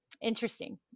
Interesting